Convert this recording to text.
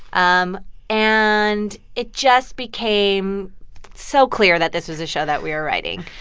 um and it just became so clear that this was a show that we were writing.